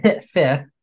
fifth